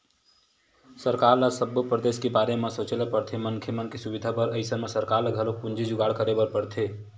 सरकार ल सब्बो परदेस के बारे म सोचे ल परथे मनखे मन के सुबिधा बर अइसन म सरकार ल घलोक पूंजी जुगाड़ करे बर परथे